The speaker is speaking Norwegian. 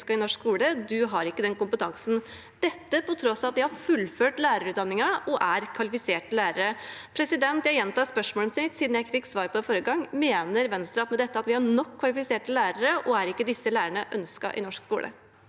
de har ikke kompetansen. Dette er på tross av at de har fullført lærerutdanningen og er kvalifiserte lærere. Jeg gjentar spørsmålet mitt, siden jeg ikke fikk svar på det: Mener Venstre med dette at vi har nok kvalifiserte lærere, og er ikke disse lærerne ønsket i norsk skole?